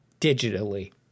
digitally